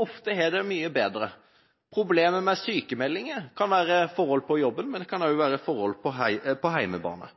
ofte har det mye bedre. Problemet med sykmeldinger kan skyldes forhold på jobben, men det kan også skyldes forhold på